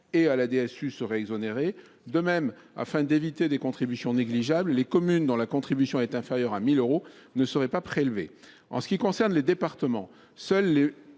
ou à la DSU seraient exonérées. De même, afin d’éviter des contributions négligeables, les communes dont la contribution serait inférieure à 1 000 euros ne seraient pas soumises au dispositif. En ce qui concerne les départements, seuls ceux